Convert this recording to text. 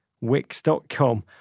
Wix.com